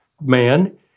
man